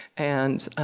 and